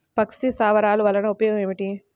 పక్షి స్థావరాలు వలన ఉపయోగం ఏమిటి?